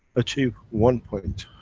achieve one point,